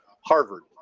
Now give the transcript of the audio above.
Harvard